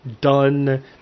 done